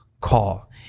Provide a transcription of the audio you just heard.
call